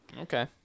Okay